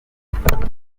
dutahanye